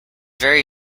very